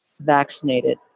vaccinated